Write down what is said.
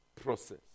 process